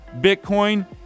bitcoin